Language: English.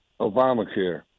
Obamacare